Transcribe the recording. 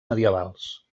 medievals